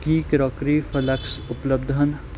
ਕੀ crockery ਫਲਕਸ ਉਪਲੱਬਧ ਹਨ